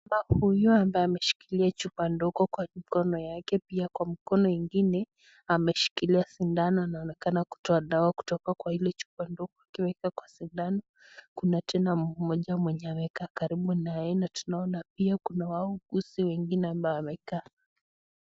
Huyu ambaye ameshikilia chupa ndogo kwa mkono yake pia kwa mkono ngine ameshikilia sindano anaonekana kutoa dawa kutoka kwa ile chupa ndogo akiweka kwa sindano. Kuna tena mmoja mwenye amekaa karibu na yeye na tunaona pia kuna wauguzi wengine amabao wamekaa.